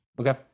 Okay